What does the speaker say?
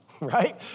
right